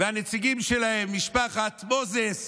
והנציגים שלהם, משפחת מוזס